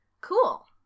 Cool